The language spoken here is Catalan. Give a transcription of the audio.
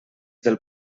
del